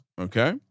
Okay